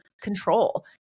control